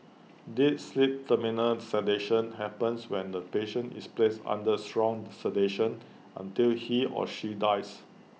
deep sleep terminal sedation happens when the patient is placed under strong sedation until he or she dies